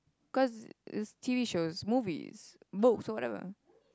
cause is T_V shows movies books or whatever